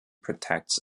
protects